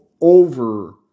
over